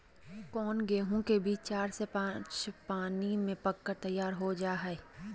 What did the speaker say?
कौन गेंहू के बीज चार से पाँच पानी में पक कर तैयार हो जा हाय?